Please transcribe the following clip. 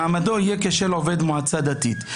שמעמדו יהיה כשל עובד המועצה הדתית.